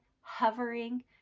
hovering